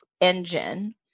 engine